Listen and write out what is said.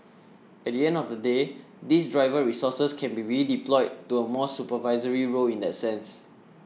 at the end of the day these driver resources can be redeployed to a more supervisory role in that sense